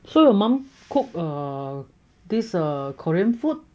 所以我们 cook err this err korean food